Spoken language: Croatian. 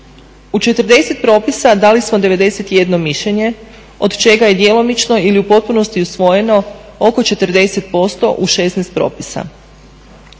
U 40 propisa dali smo 91 mišljenje, od čega je djelomično ili u potpunosti usvojeno oko 40% u 16 propisa.